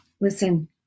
listen